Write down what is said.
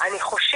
מפני